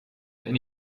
eine